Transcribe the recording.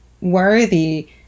worthy